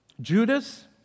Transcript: Judas